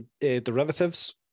derivatives